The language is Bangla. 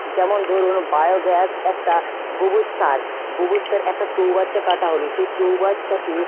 যেমন ধরুন বায়োগ্যাস একটা গোবর সার গোবর সার একটা চৌবাচ্চা কাটা হলো সেই চৌবাচ্চাটি